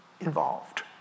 involved